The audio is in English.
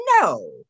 No